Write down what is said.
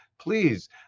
please